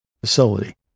facility